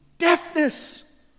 deafness